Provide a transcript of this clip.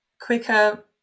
quicker